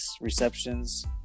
receptions